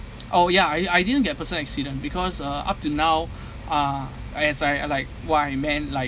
oh yeah I I didn't get personal accident because uh up to now uh as I like what I meant like